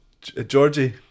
georgie